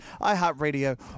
iHeartRadio